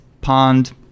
pond